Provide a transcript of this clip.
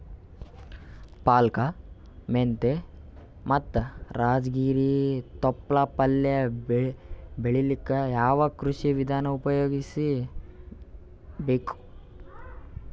ಪಾಲಕ, ಮೆಂತ್ಯ ಮತ್ತ ರಾಜಗಿರಿ ತೊಪ್ಲ ಪಲ್ಯ ಬೆಳಿಲಿಕ ಯಾವ ಕೃಷಿ ವಿಧಾನ ಉಪಯೋಗಿಸಿ ಬೇಕು?